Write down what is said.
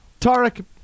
Tarek